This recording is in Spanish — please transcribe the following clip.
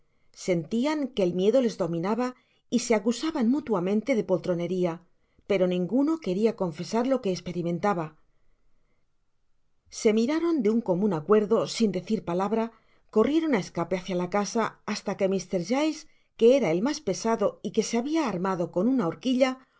sentian que el miedo les dominaba y se acusaban mutuamente de poltroneria pero ninguno queria confesar lo que esperimenlába se miraron y de un comun acuerdo sin decir palabra corrieron á escape hacia la casa hasta que mr giles que era el mas pesado y que se habia armado con una horquilla